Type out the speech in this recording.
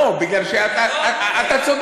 לא, חבל, אתה צודק,